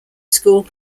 school